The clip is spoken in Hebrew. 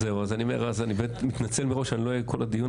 אז אני מתנצל מראש, אני לא אהיה כל הדיון.